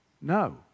No